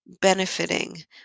benefiting